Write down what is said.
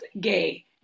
gay